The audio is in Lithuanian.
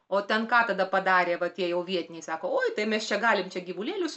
o ten ką tada padarė va tie jau vietiniai sako oi tai mes čia galim čia gyvulėlius